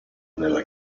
nella